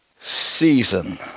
season